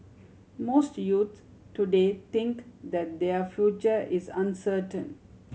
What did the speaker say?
most youths today think that their future is uncertain